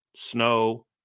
Snow